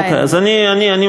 אוקיי, אז אני מסיים.